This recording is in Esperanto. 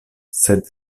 sed